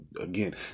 again